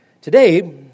today